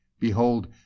Behold